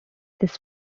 this